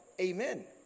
Amen